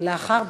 את לאחר דבריו.